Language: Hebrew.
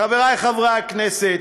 חברי חברי הכנסת,